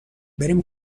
بریم